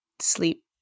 sleep